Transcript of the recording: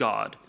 God